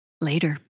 Later